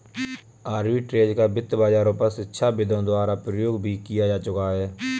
arbitrage का वित्त बाजारों पर शिक्षाविदों द्वारा प्रयोग भी किया जा चुका है